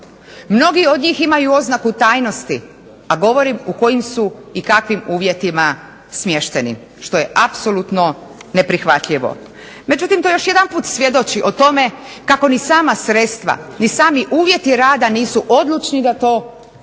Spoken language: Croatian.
Mnogi od njih imaju oznaku tajnosti, a govorim u kojim su i kakvim uvjetima smješteni što je apsolutno neprihvatljivo. Međutim, to još jedanput svjedoči o tome kako ni sama sredstva, ni sami uvjeti rada nisu odlučni da to kako